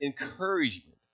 encouragement